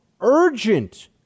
urgent